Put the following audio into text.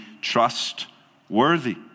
trustworthy